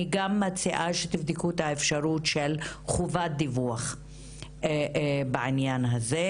אני גם מציעה שתבדקו את האפשרות של חובת הדיווח בעניין הזה,